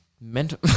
Mental